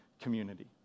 community